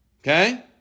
Okay